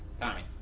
Tommy